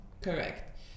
Correct